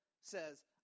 says